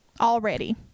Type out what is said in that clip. already